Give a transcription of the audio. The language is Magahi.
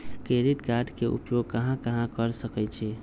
क्रेडिट कार्ड के उपयोग कहां कहां कर सकईछी?